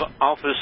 office